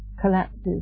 collapses